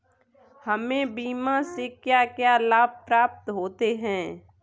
हमें बीमा से क्या क्या लाभ प्राप्त होते हैं?